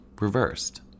reversed